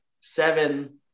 seven